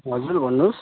हजुर भन्नुहोस्